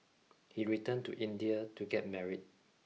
he returned to India to get married